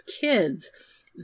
kids